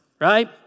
right